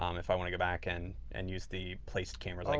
um if i want to go back and, and use the placed cameras, like